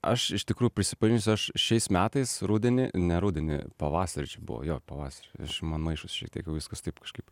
aš iš tikrųjų prisipažinsiu aš šiais metais rudenį ne rudenį pavasarį čia buvo jo pavasarį nes čia man maišosi šiek tiek jau viskas taip kažkaip